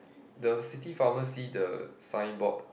the city pharmacy the sign board